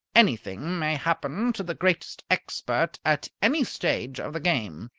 anything may happen to the greatest expert at any stage of the game.